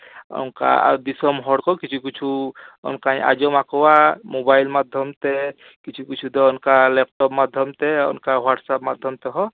ᱚᱝᱠᱟ ᱫᱤᱥᱚᱢ ᱦᱚᱲ ᱠᱚ ᱠᱤᱪᱷᱩ ᱠᱤᱪᱷᱩ ᱚᱱᱠᱟᱧ ᱟᱸᱡᱚᱢᱟᱠᱚᱣᱟ ᱢᱳᱵᱟᱭᱤᱞ ᱢᱟᱫᱽᱫᱷᱚᱢᱛᱮ ᱠᱤᱪᱷᱩ ᱠᱤᱪᱷᱩ ᱫᱚ ᱚᱱᱠᱟ ᱞᱮᱯᱴᱚᱯ ᱢᱟᱫᱽᱫᱷᱚᱢᱛᱮ ᱥᱮ ᱚᱱᱠᱟ ᱦᱚᱣᱟᱴᱥᱮᱯ ᱢᱟᱫᱽᱫᱷᱚᱢ ᱛᱮᱦᱚᱸ